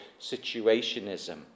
situationism